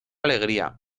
alegría